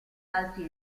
altri